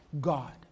God